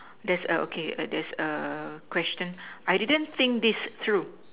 that's a okay that's a question I didn't think this true